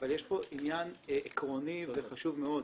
אבל יש פה עניין עקרוני וחשוב מאוד.